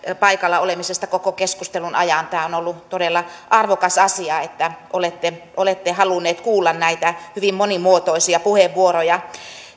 paikalla olemisesta koko keskustelun ajan tämä on ollut todella arvokas asia että olette olette halunneet kuulla näitä hyvin monimuotoisia puheenvuoroja